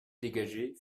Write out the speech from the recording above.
dégagées